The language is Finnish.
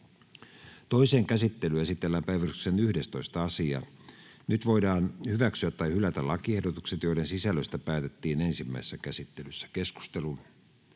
Toiseen käsittelyyn esitellään päiväjärjestyksen 13. asia. Nyt voidaan hyväksyä tai hylätä lakiehdotukset, joiden sisällöstä päätettiin ensimmäisessä käsittelyssä. — Keskustelu,